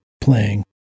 playing